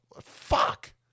Fuck